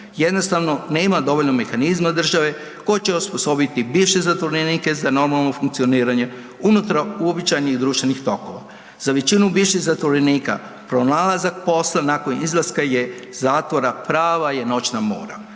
Jednostavno nema dovoljno mehanizma od države tko će osposobiti bivše zatvorenike za normalno funkcioniranje unutar uobičajenih društvenih tokova? Za većinu bivših zatvorenika pronalazak posla nakon izlaska je, iz zatvora, prava je noćna mora.